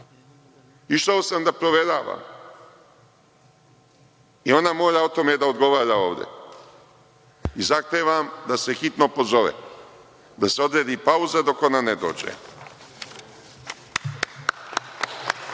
Išao sam da proveravam. Ona mora o tome da odgovara ovde. Zahtevam da se hitno pozove, da se odredi pauza dok ona ne dođe.